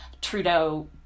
Trudeau